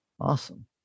Awesome